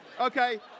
Okay